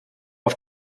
auf